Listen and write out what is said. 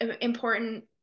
important